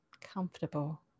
comfortable